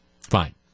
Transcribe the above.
Fine